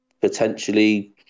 potentially